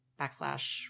backslash